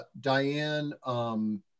Diane